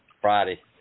Friday